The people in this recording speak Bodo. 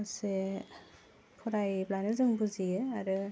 गासे फरायोब्लानो जों बुजियो आरो